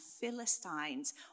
Philistines